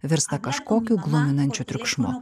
virsta kažkokiu gluminančiu triukšmu